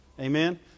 amen